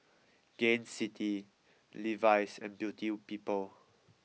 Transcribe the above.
Gain City Levi's and Beauty People